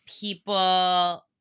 people